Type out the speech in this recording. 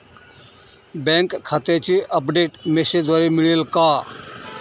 Bank खात्याचे update मेसेजद्वारे मिळेल का?